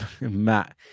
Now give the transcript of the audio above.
Matt